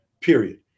period